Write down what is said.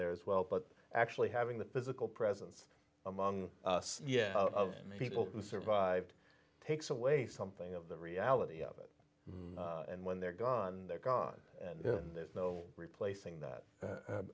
there as well but actually having the physical presence among us yes of people who survived takes away something of the reality of it and when they're gone they're gone and then there's no replacing that